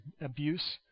abuse